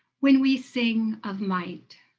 when we sing of might